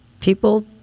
people